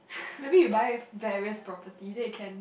maybe you buy various property then you can